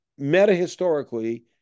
metahistorically